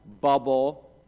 bubble